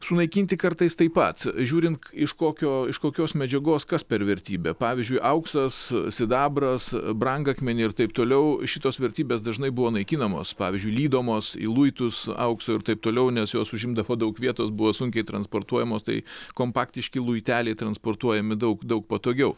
sunaikinti kartais tai pat žiūrint iš kokio iš kokios medžiagos kas per vertybė pavyzdžiui auksas sidabras brangakmeniai ir taip toliau šitos vertybės dažnai buvo naikinamos pavyzdžiui lydomos į luitus aukso ir taip toliau nes jos užimdavo daug vietos buvo sunkiai transportuojamos tai kompaktiški luiteliai transportuojami daug daug patogiau